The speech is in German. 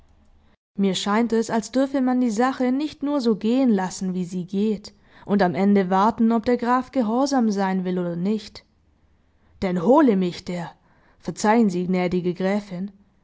mir scheint es als dürfe man die sache nicht nur so gehen lassen wie sie geht und am ende warten ob der graf gehorsam sein will oder nicht denn hole mich der verzeihen sie gnädige gräfin wenn